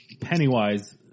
Pennywise